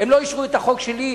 הם לא אישרו את החוק שלי,